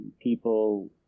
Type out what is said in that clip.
people